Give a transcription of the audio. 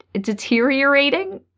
deteriorating